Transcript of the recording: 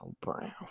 Brown